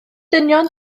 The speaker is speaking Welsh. dynion